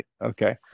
Okay